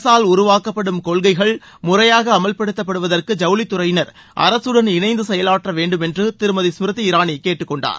அரசால் உருவாக்கப்படும் கொள்கைகள் முறையாக அமல்படுத்துவற்கு ஐவுளித்துறையினர் அரசுடன் இணைந்து செயலாற்ற வேண்டும் என்று திருமதி ஸ்மிருதி இராணி கேட்டுக்கொண்டார்